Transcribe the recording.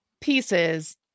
pieces